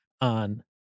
on